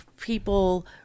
people